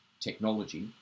technology